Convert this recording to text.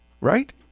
right